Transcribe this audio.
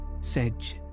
sedge